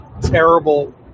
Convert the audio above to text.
terrible